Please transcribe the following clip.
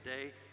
today